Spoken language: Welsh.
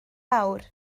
awr